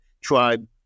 tribe